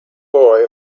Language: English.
boy